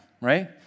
right